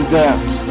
dance